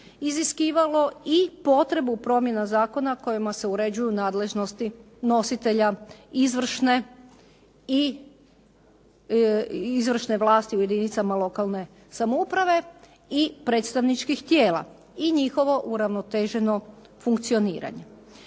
iziskivalo i potrebu promjena zakona kojima se uređuju nadležnosti nositelja izvršne vlasti u jedinicama lokalne samouprave i predstavničkih tijela i njihovo uravnoteženo funkcioniranje.